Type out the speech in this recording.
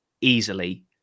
easily